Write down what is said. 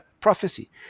prophecy